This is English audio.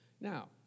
Now